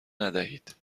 ندهید